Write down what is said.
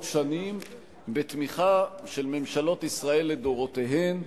שנים בתמיכה של ממשלות ישראל לדורותיהן,